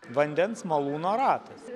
vandens malūno ratas